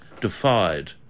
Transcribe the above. defied